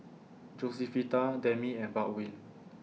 Josefita Demi and Baldwin